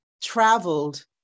traveled